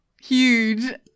huge